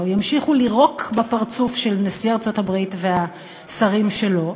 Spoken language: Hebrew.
ימשיכו לירוק בפרצוף של נשיא ארצות-הברית והשרים שלו,